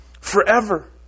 forever